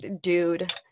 dude